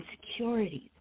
Insecurities